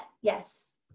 yes